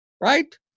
right